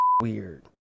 weird